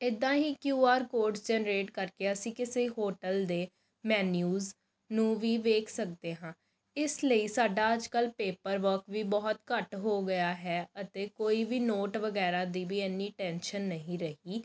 ਇੱਦਾਂ ਹੀ Q R code generate ਕਰਕੇ ਅਸੀਂ ਕਿਸੇ ਹੋਟਲ ਦੇ ਮੈਨਊਜ ਨੂੰ ਵੀ ਵੇਖ ਸਕਦੇ ਹਾਂ ਇਸ ਲਈ ਸਾਡਾ ਅੱਜ ਕੱਲ੍ਹ ਪੇਪਰ ਵਰਕ ਵੀ ਬਹੁਤ ਘੱਟ ਹੋ ਗਿਆ ਹੈ ਅਤੇ ਕੋਈ ਵੀ ਨੋਟ ਵਗੈਰਾ ਦੀ ਵੀ ਇੰਨੀ ਟੈਨਸ਼ਨ ਨਹੀਂ ਰਹੀ